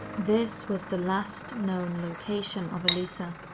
this was the last known location of elisa.